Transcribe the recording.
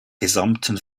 gesamten